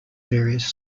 various